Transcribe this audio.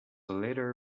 later